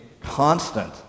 constant